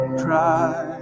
cry